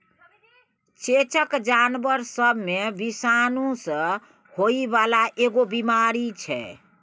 चेचक जानबर सब मे विषाणु सँ होइ बाला एगो बीमारी छै